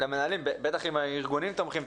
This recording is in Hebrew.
למנהלים בטח אם ארגונים תומכים,